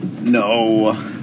No